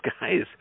guys